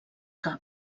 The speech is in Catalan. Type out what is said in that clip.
cap